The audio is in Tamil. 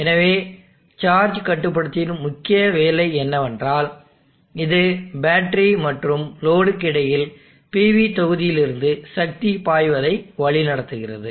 எனவே சார்ஜ் கட்டுப்படுத்தியின் முக்கிய வேலை என்னவென்றால் இது பேட்டரி மற்றும் லோடுக்கு இடையில் PV தொகுதியிலிருந்து சக்தி பாய்வதை வழிநடத்துகிறது